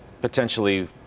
potentially